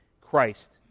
Christ